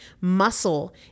Muscle